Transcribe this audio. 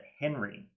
Henry